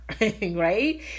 right